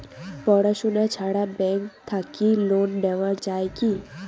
পড়াশুনা ছাড়া ব্যাংক থাকি লোন নেওয়া যায় কি?